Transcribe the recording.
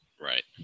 Right